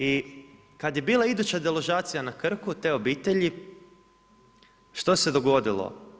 I kad je bila iduća deložacija na Krku te obitelji, što se dogodilo?